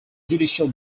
judicial